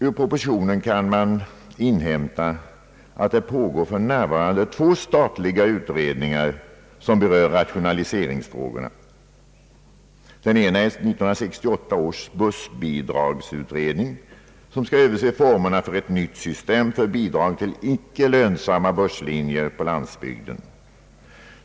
Ur propositionen kan man inhämta att det för närvarande pågår två statliga utredningar, som berör rationaliseringsfrågorna. Den ena är 1968 års bussbidragsutredning, som skall överse formerna för ett nytt system för bidrag till icke lönsamma busslinjer på landsbygden.